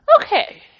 Okay